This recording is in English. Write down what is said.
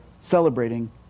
celebrating